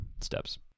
steps